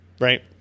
Right